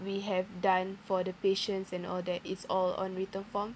we have done for the patients and all that it's all on written form